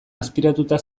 azpiratuta